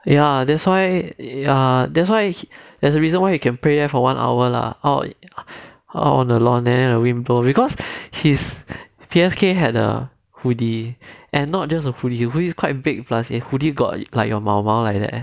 ya that's why ya that's why there's a reason why you can pray there for one hour lah out on the lawn then the wind blow because his P_S_K had a hoodie and not just a hoodie who is quite big plus a hoodie got like your 毛毛 like that